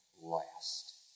last